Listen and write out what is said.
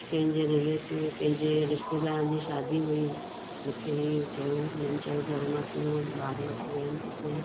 कंहिंजे रिलेटिव कंहिंजे रिश्तेदारनि जी शादी हुई मूंखे इहो चयो उन्हनि चयो घर मां तूं वञ ॿार वठी वञु जेसि